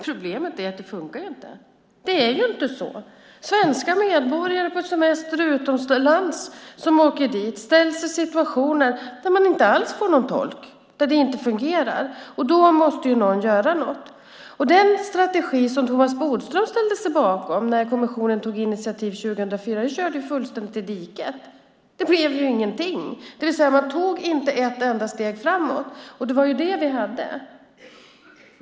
Problemet är att det inte funkar. Svenska medborgare på semester utomlands som "åker dit" ställs inför situationer där de inte alls får någon tolk och där det inte fungerar. Då måste någon göra något. Den strategi som Thomas Bodström ställde sig bakom när kommissionen tog initiativ 2004 körde fullständigt i diket. Det blev ingenting, det vill säga man tog inte ett enda steg framåt. Det var det vi gjorde.